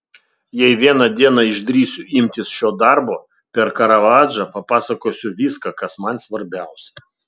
jei vieną dieną išdrįsiu imtis šio darbo per karavadžą papasakosiu viską kas man svarbiausia